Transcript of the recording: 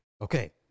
Okay